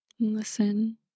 Listen